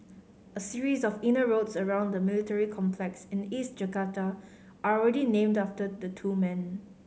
a series of inner roads around the military complex in East Jakarta are already named after the two men